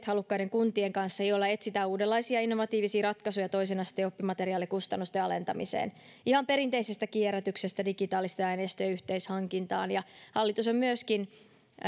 halukkaiden kuntien kanssa oppimateriaalipilotit joilla etsitään uudenlaisia innovatiivisia ratkaisuja toisen asteen oppimateriaalikustannusten alentamiseen ihan perinteisestä kierrätyksestä digitaalisten aineistojen yhteishankintaan hallitus on